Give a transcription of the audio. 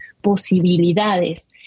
posibilidades